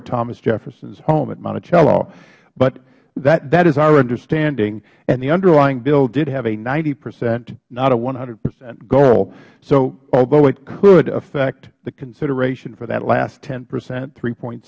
at thomas jeffersons home at monticello but that is our understanding and the underlying bill did have a ninety percent not a one hundred percent goal so although it could affect the consideration for that last ten percent three point